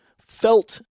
felt